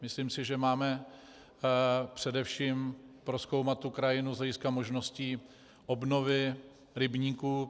Myslím si, že máme především prozkoumat krajinu z hlediska možností obnovy rybníků.